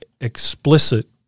explicit